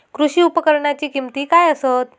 कृषी उपकरणाची किमती काय आसत?